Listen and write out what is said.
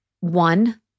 one